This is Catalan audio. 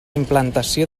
implantació